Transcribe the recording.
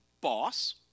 boss